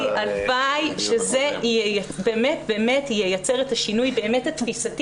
הלוואי שזה באמת ייצר את השינוי התפיסתי.